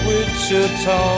Wichita